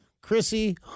Chrissy